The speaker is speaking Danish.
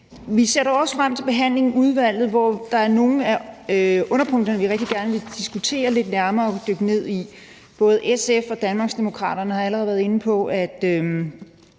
Vi ser dog også frem til behandlingen i udvalget, hvor der er nogle af underpunkterne, vi rigtig gerne vil diskutere lidt nærmere og dykke ned i. Både SF og Danmarksdemokraterne har allerede været inde på, at